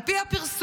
על פי הפרסום,